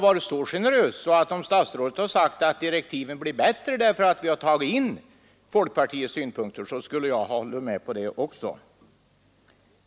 Även om statsrådet hade sagt att direktiven blir bättre därför att man har tagit in folkpartiets synpunkter i dem, skulle jag ha hållit med om det också.